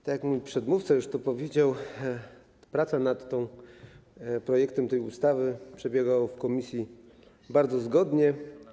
Tak jak mój przedmówca już tu powiedział, praca nad projektem tej ustawy przebiegała w komisji bardzo zgodnie.